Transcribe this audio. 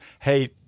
hey